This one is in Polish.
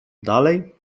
dalej